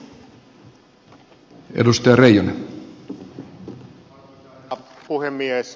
arvoisa herra puhemies